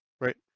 Right